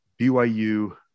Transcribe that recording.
BYU